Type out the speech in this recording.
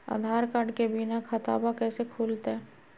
आधार card के बिना खाताबा कैसे खुल तय?